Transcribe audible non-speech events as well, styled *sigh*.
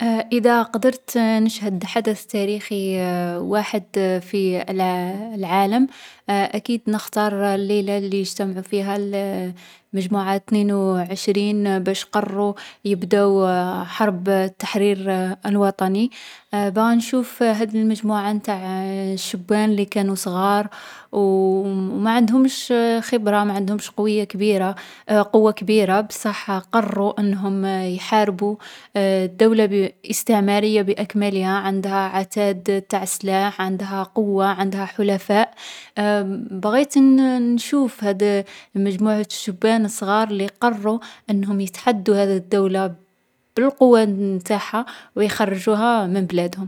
﻿إذا قدرت نشهد حدث تاريخي *hesitation* واحد في العا-العالم، أكيد نختار الليلة اللي اجتمعوا فيها *hesitation* المجموعة الثنين و عشرين باش قروا يبداو *hesitation* حرب التحرير الوطني. باغيا نشوف هذي المجموعة نتاع *hesitation* الشبان اللي كانو صغار، و *hesitation* ما عندهومش خبرة، ماعندهومش قوية كبيرة، قوة كبيرة بالصح، قرو أنهم يحاربوا الدولة *hesitation* الاستعمارية بأكملها، عندها عتاد نتع سلاح عندها قوة عندها حلفاء *hesitation* بغيت ن-نشوف هاد مجموعة الشبان الصغار اللي قروا انهم يتحدوا هاد الدولة بالقوة نتاعها و يخرجوها من بلادهم.